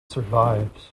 survives